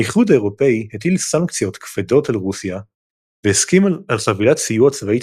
האיחוד האירופי הטיל סנקציות כבדות על רוסיה והסכים על חבילת סיוע צבאית